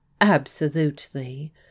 Absolutely